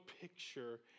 picture